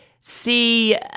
see